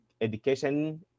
education